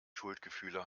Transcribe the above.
schuldgefühle